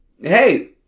Hey